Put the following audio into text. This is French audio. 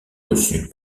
reçu